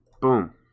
boom